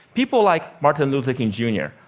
people like martin luther king, jr,